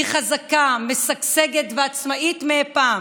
היא חזקה, משגשגת ועצמאית מאי פעם.